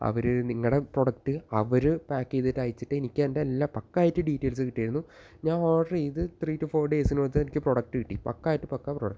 അവര് നിങ്ങളുടെ പ്രോഡക്റ്റ് അവര് പാക്ക് ചെയ്തിട്ട് അയച്ചിട്ട് എനിക്ക് എന്റെ എല്ലാ പക്കാ ആയിട്ട് ഡീറ്റൈൽസ് കിട്ടിയിരുന്നു ഞാൻ ഓർഡർ ചെയ്ത് ഒരു ത്രീ ടു ഫോർ ഡേയ്സിന്റെകത്ത് എനിക്ക് പ്രോഡക്റ്റ് കിട്ടി പക്കാ ആയിട്ട് പക്കാ പ്രോഡക്റ്റ്